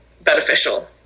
beneficial